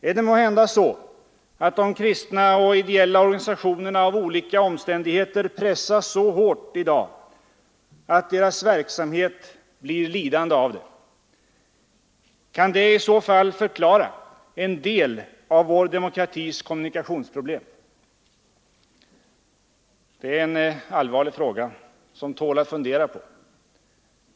Är det måhända så att de kristna och ideella organisationerna av olika omständigheter pressas så hårt i dag att deras verksamhet blir lidande av det? Kan det i så fall förklara en del av vår demokratis kommunikationsproblem? Det är en allvarlig fråga som tål att fundera på.